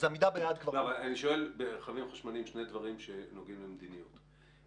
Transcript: --- אני שואל ברכבים חשמליים שני דברים שנוגעים למדיניות.